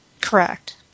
correct